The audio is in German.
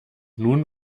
nun